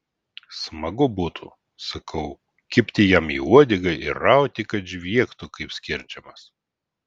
smagu būtų sakau kibti jam į uodegą ir rauti kad žviegtų kaip skerdžiamas